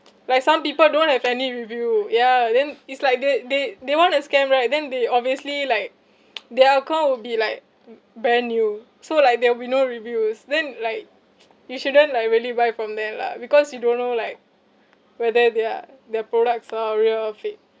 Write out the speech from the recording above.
like some people don't have any review ya then it's like they they they want to scam right then they obviously like their account would be like brand new so like there'll be no reviews then like you shouldn't like really buy from them lah because you don't know like whether they are their products are real or fake